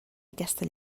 aquesta